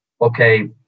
okay